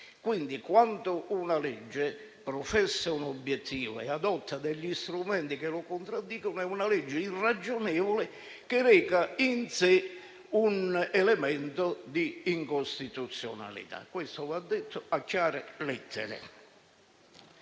Quindi, quando una legge professa un obiettivo e adotta degli strumenti che lo contraddicono, è una legge irragionevole che reca in sé un elemento di incostituzionalità. Questo va detto a chiare lettere.